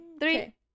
three